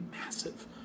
massive